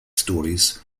stories